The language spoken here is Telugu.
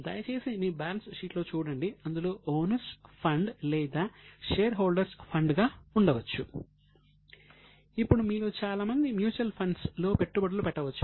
దయచేసి మీ బ్యాలెన్స్ షీట్లో చూడండి అందులో ఓనర్స్ ఫండ్ లేదా షేర్ హోల్డర్స్ ఫండ్స్ గా ఉండవచ్చు